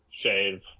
shave